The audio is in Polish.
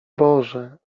boże